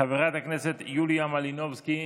חברת הכנסת יוליה מלינובסקי,